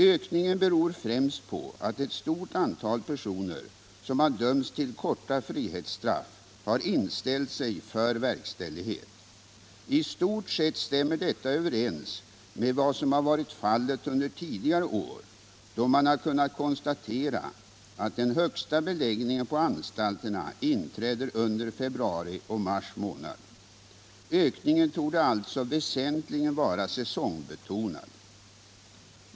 Ökningen beror främst på att ett stort antal personer som har dömts till kona frihetsstraff har inställt sig för verkställighet. I stort sett stämmer detta överens med vad som har varit fallet under tidigare år, då man har kunnat konstatera att den högsta beläggningen på anstalterna inträder under februari och mars månad. Ökningen torde alltså väsentligen vara säsongbetonad.